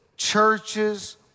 churches